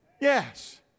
Yes